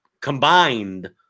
combined